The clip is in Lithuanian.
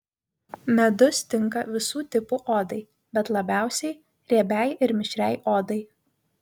medus tinka visų tipų odai bet labiausiai riebiai ir mišriai odai